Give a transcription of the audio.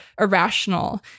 irrational